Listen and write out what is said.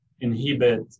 inhibit